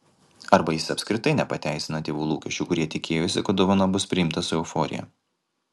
arba jis apskritai nepateisina tėvų lūkesčių kurie tikėjosi kad dovana bus priimta su euforija